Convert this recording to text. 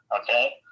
okay